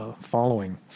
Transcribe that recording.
following